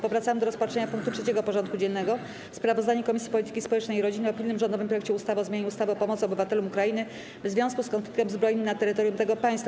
Powracamy do rozpatrzenia punktu 3. porządku dziennego: Sprawozdanie Komisji Polityki Społecznej i Rodziny o pilnym rządowym projekcie ustawy o zmianie ustawy o pomocy obywatelom Ukrainy w związku z konfliktem zbrojnym na terytorium tego państwa.